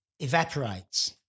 evaporates